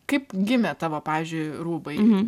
kaip gimė tavo pavyzdžiui rūbai